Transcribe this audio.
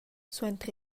suenter